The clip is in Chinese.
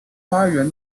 花园